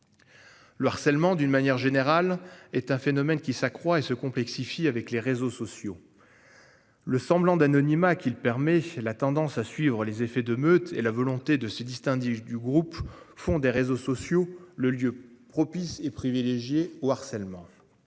Le harcèlement d'une manière générale est un phénomène qui s'accroît et se complexifie avec les réseaux sociaux. Le semblant d'anonymat qui le permet. La tendance à suivre les effets de meute et la volonté de ses distincts du groupe font des réseaux sociaux le lieu propice et privilégié ou harcèlement.